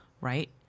right